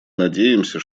надеемся